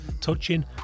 touching